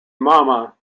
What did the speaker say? mama